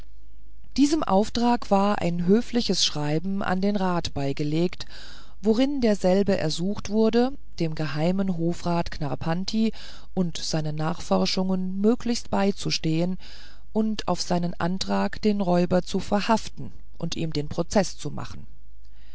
diesem auftrage war ein höfliches schreiben an den rat beigelegt worin derselbe ersucht wurde dem geheimen hofrat knarrpanti in seinen nachforschungen möglichst beizustehen und auf seinen antrag den räuber zu verhaften und ihm den prozeß zu machen